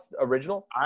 original